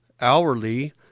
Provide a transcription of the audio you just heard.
hourly